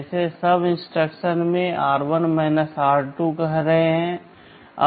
जैसे SUB instruction में हम r1 r2 कह रहे हैं